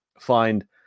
find